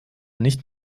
nicht